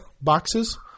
boxes